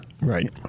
right